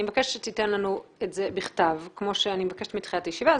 אני מבקשת שתיתן לנו את זה בכתב כמו שאני מבקשת מתחילת הישיבה,